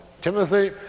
Timothy